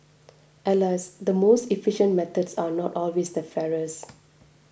alas the most efficient methods are not always the fairest